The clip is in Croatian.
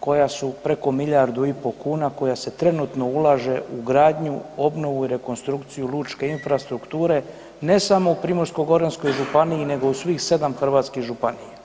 koja su preko milijardu i po' kuna koja se trenutno ulaže u gradnju, obnovu i rekonstrukciju lučke infrastrukture, ne samo u Primorsko-goranskoj županiji nego u svih 7 hrvatskih županija.